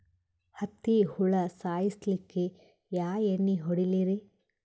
ಹತ್ತಿ ಹುಳ ಸಾಯ್ಸಲ್ಲಿಕ್ಕಿ ಯಾ ಎಣ್ಣಿ ಹೊಡಿಲಿರಿ?